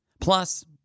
Plus